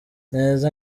neza